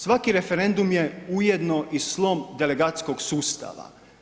Svaki referendum je ujedno i slom delegacijskog sustava.